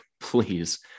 please